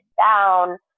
down